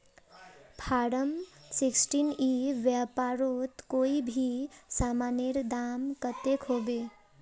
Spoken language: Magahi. फारम सिक्सटीन ई व्यापारोत कोई भी सामानेर दाम कतेक होबे?